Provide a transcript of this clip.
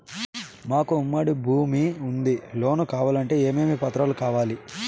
మాకు ఉమ్మడి భూమి ఉంది లోను కావాలంటే ఏమేమి పత్రాలు కావాలి?